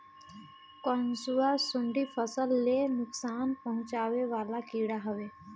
कंसुआ, सुंडी फसल ले नुकसान पहुचावे वाला कीड़ा हवे